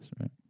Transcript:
right